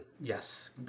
yes